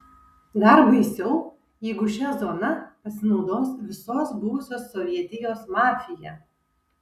dar baisiau jeigu šia zona pasinaudos visos buvusios sovietijos mafija